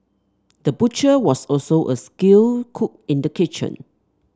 the butcher was also a skilled cook in the kitchen